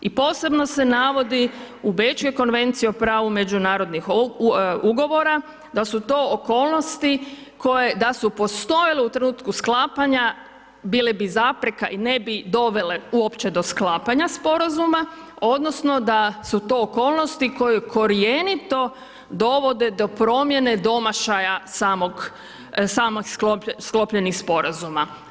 I posebno se navodi u Beču je Konvencija o pravu međunarodnih ugovora da su to okolnosti koje da su postojale u trenutku sklapanja bile bi zapreka i ne bi dovele uopće do sklapanja sporazuma odnosno da su to okolnosti koje korjenito dovode do promjene domašaja samog, samih sklopljenih sporazuma.